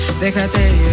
Déjate